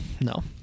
No